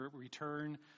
return